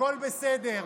הכול בסדר.